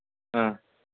ꯑ